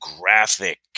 graphic